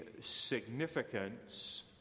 significance